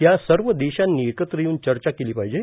या सर्व देशांनी एकत्र येऊन चर्चा केली पाहिजे